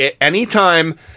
anytime